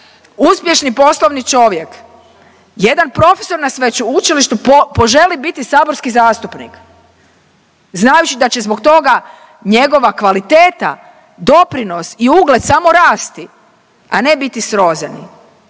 uspješni poslovni čovjek, jedan profesor na sveučilištu, poželi biti saborski zastupnik znajući da će zbog toga njegova kvaliteta, doprinos i ugled samo rasti, a ne biti srozani.